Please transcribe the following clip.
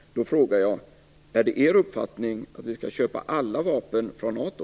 Då frågar jag: Är det er uppfattning att vi skall köpa alla vapen från NATO?